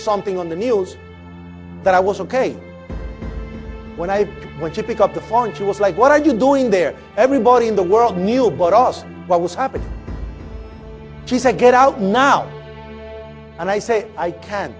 something on the news that i was ok when i went to pick up the phone she was like what are you doing there everybody in the world knew about us what was happening she said get out now and i say i can